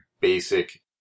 basic